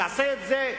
יעשה את זה,